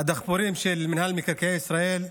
נדחפורים של מינהל מקרקעי ישראל,